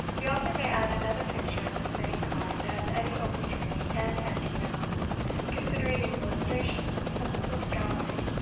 the author may add another picture of the same kind as edie ochiltree and andrew gemmells considering these illustrations as a sort of gallery,